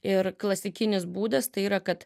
ir klasikinis būdas tai yra kad